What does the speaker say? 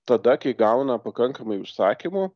tada kai gauna pakankamai užsakymų